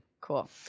Cool